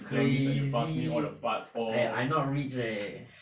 crazy I I not rich leh